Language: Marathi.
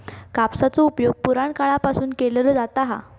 कापसाचो उपयोग पुराणकाळापासून केलो जाता हा